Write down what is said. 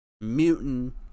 mutant